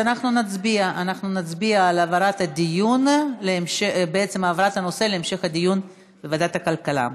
אז אנחנו נצביע על העברת הנושא להמשך הדיון בוועדת הכלכלה.